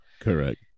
Correct